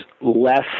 less